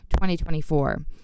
2024